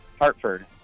Hartford